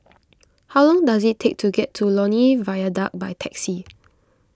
how long does it take to get to Lornie Viaduct by taxi